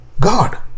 God